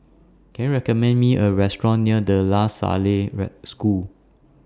Can YOU recommend Me A Restaurant near De La Salle School